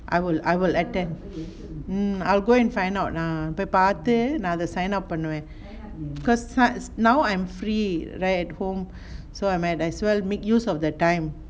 I will I will attend mm I'll go and find out lah போய் பாத்து நான்:poi paaththu naan sign up பண்ணுவேன்:pannuven cause now I'm free right at home so I might as well make use of the time